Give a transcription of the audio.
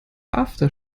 after